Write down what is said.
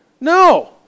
No